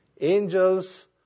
angels